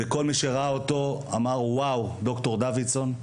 כל מי שראה אותו אמר: "וואו, ד"ר דוידסון",